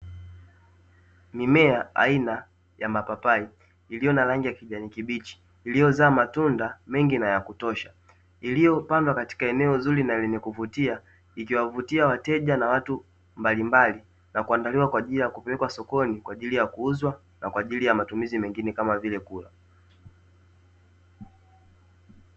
Mimea aina ya mapapai, iliyo na rangi ya kijani kibichi, iliyozaa matunda mengi na ya kutosha. Iliyopandwa katika eneo zuri na lenye kuvutia, ikiwavutia wateja na watu mbalimbali, na kuandaliwa kwa ajili ya kupelekwa sokoni, kwa ajili ya kuuzwa na kwa ajili ya matumizi mengine kama vile kula.